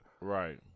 Right